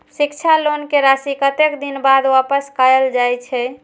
शिक्षा लोन के राशी कतेक दिन बाद वापस कायल जाय छै?